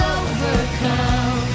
overcome